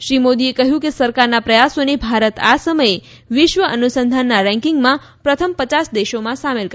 શ્રી મોદીએ કહ્યું કે સરકારના પ્રયાસોને ભારત આ સમયે વિશ્વ અનુસંધાનના રેંકિંગમાં પ્રથમ પચાસ દેશોમાં સામેલ છે